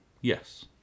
Yes